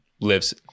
lives